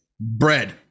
bread